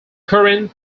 current